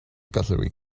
cutlery